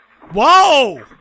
Whoa